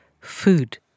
food